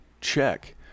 check